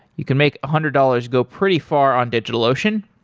you can make a hundred dollars go pretty far on digitalocean.